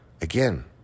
again